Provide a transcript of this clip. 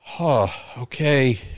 okay